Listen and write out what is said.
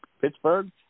Pittsburgh